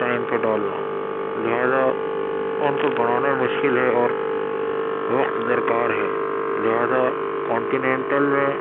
time پہ ڈالنا لہذا ان کو بنانا مشکل ہے اور وقت درکار ہے لہذا کونٹیننٹل میں